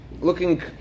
looking